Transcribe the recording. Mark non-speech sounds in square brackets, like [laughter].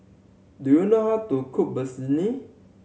do you know how to cook [unintelligible]